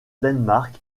danemark